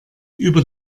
über